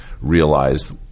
realize